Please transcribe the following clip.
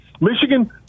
Michigan